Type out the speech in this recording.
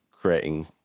creating